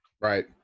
Right